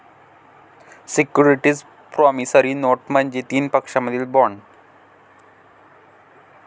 securities promissory note म्हणजे तीन पक्षांमधील बॉण्ड